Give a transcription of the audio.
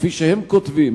כפי שהם כותבים,